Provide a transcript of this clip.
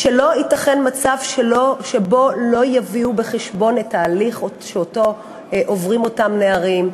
שלא ייתכן מצב שבו לא יביאו בחשבון את ההליך שעוברים אותם נערים,